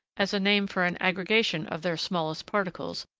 as a name for an aggregation of their smallest particles,